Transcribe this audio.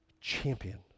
champion